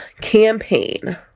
campaign